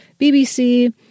BBC